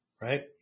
right